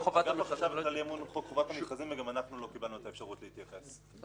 קיבלנו את האפשרות להתייחס.